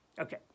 okay